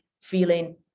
feeling